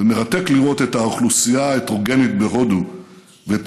ומרתק לראות את האוכלוסייה ההטרוגנית בהודו ואת